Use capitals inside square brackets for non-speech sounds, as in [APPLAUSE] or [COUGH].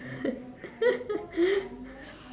[LAUGHS]